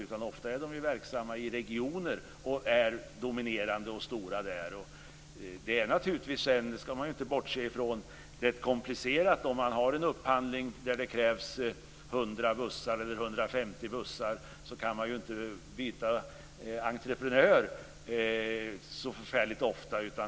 Ofta är de ju verksamma i regioner och är dominerande och stora där. Det är naturligtvis - det ska man inte bortse från - rätt komplicerat. Har man en upphandling där det krävs 100 eller 150 bussar kan man inte byta entreprenör så förfärligt ofta.